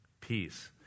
peace